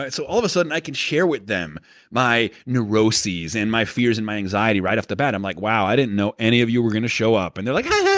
so all of a sudden, i can share with them my neuroses and my fears and my anxiety right off the bat. i'm like, wow! i didn't know any of you were going to show up. and they're like, hahahaha!